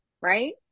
right